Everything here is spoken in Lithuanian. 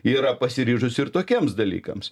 yra pasiryžusi ir tokiems dalykams